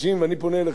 ואני פונה אליכם,